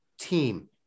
team